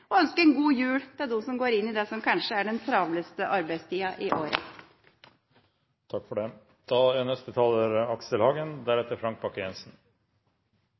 god jul til dem som går inn i det som kanskje er den travleste arbeidstida i